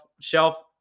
shelf